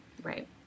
Right